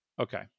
Okay